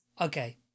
Okay